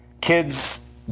Kids